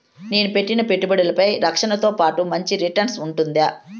నేను పెట్టిన పెట్టుబడులపై రక్షణతో పాటు మంచి రిటర్న్స్ ఉంటుందా?